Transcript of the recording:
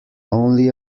only